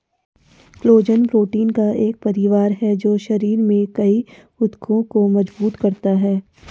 collagen protein का एक परिवार है जो शरीर में कई ऊतकों को मजबूत करता है